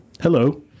Hello